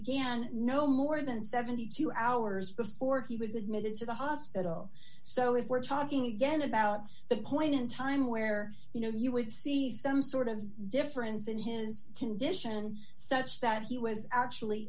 an no more than seventy two hours before he was admitted to the hospital so if we're talking again about the point in time where you know you would see some sort of difference in his condition such that he was actually